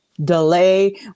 delay